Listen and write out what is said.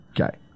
Okay